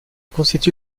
constitue